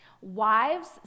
Wives